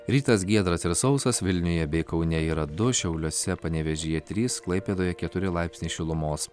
rytas giedras ir sausas vilniuje bei kaune yra du šiauliuose panevėžyje trys klaipėdoje keturi laipsniai šilumos